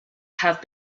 have